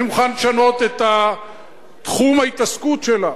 אני מוכן לשנות את תחום ההתעסקות שלה.